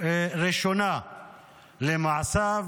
ראשונה למעשיו